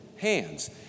hands